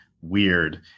weird